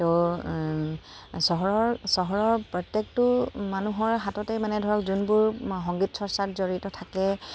ত' চহৰৰ চহৰৰ প্ৰত্যেকটো মানুহৰ হাততে মানে ধৰক যোনবোৰ সংগীত চৰ্চাত জড়িত থাকে